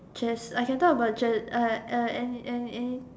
chess I can talk about chess uh uh uh any any any